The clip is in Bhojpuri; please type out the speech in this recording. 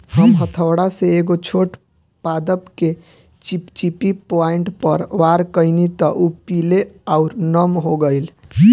हम हथौड़ा से एगो छोट पादप के चिपचिपी पॉइंट पर वार कैनी त उ पीले आउर नम हो गईल